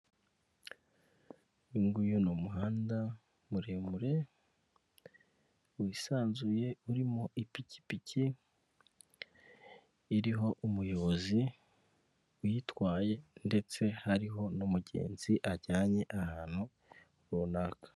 Uyunguyu ni umuhanda muremure wisanzuye. Urimo ipikipiki iriho umuyobozi uyitwaye, ndetse hariho n'umugenzi ajyanye ahantu runaka.